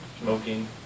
smoking